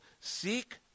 seek